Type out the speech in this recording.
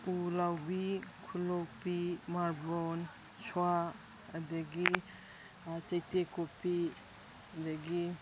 ꯎ ꯂꯥꯎꯕꯤ ꯈꯨꯂꯣꯛꯄꯤ ꯃꯥꯔꯕꯣꯜ ꯁ꯭ꯋꯥ ꯑꯗꯒꯤ ꯆꯩꯇꯦꯛ ꯀꯣꯠꯄꯤ ꯑꯗꯒꯤ